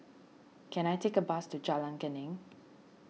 can I take a bus to Jalan Geneng